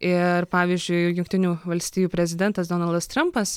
ir pavyzdžiui jungtinių valstijų prezidentas donaldas trampas